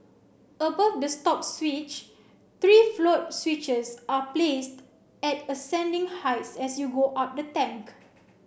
above the stop switch three float switches are placed at ascending heights as you go up the tank